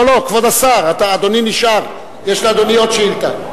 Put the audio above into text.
כבוד השר, אדוני נשאר, יש לאדוני עוד שאילתא.